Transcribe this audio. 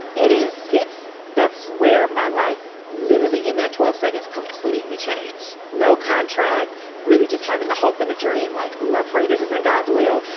it is. it's that's where my life literally in that twelve seconds completely change. no contract, really. just having a hope and a dream like uprate is is in god's will.